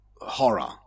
horror